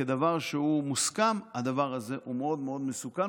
כדבר שהוא מוסכם, הדבר הזה הוא מאוד מאוד מסוכן.